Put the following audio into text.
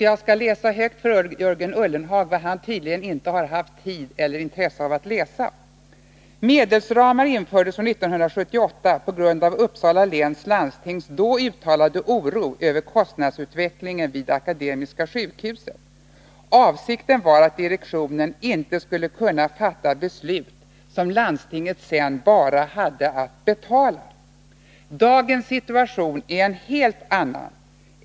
Jag skall läsa högt för honom vad han tydligen inte har haft tid eller intresse för att läsa själv: ”Medelsramar infördes år 1978 på grund av Uppsala läns landstings då uttalade oro över kostnadsutvecklingen vid Akademiska sjukhuset. Avsikten var att direktionen inte skulle kunna fatta beslut som landstinget senare bara hade att betala. Dagens situation är en helt annan.